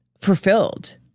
fulfilled